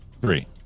three